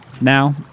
Now